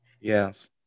Yes